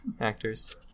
actors